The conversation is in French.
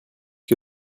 que